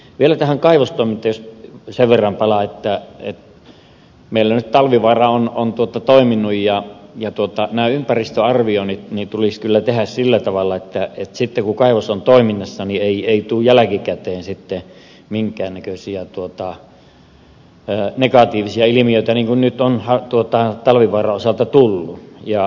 jos vielä tähän kaivostoimintaan sen verran palaan että meillä talvivaara on nyt toiminut ja nämä ympäristöarvioinnit tulisi kyllä tehdä sillä tavalla että sitten kun kaivos on toiminnassa niin ei tule jälkikäteen sitten minkään näköisiä negatiivisia ilmiöitä niin kuin nyt on talvivaaran osalta tullut